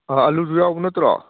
ꯑ ꯑꯥꯂꯨꯁꯨ ꯌꯥꯎꯕ ꯅꯠꯇ꯭ꯔꯣ